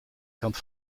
kant